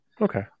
Okay